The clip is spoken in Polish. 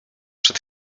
przed